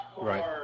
Right